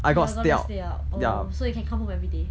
you got stay out oh so you can come home everyday